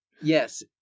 yes